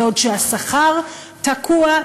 בעוד השכר תקוע,